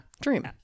Dream